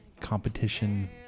competition